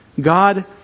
God